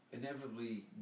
inevitably